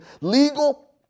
legal